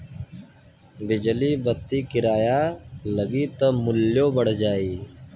बिजली बत्ति किराया लगी त मुल्यो बढ़ जाई